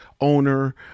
owner